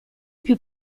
più